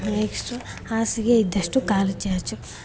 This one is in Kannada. ನೆಕ್ಸ್ಟು ಹಾಸಿಗೆ ಇದ್ದಷ್ಟು ಕಾಲು ಚಾಚು